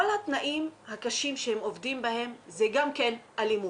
כל התנאים הקשים שהם עובדים בהם, זו גם אלימות.